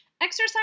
Exercise